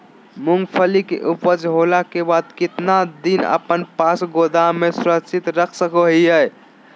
मूंगफली के ऊपज होला के बाद कितना दिन अपना पास गोदाम में सुरक्षित रख सको हीयय?